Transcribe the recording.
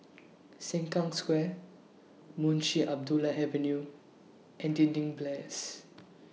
Sengkang Square Munshi Abdullah Avenue and Dinding Place